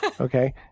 Okay